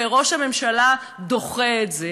וראש הממשלה דוחה את זה.